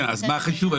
אז מה החישוב?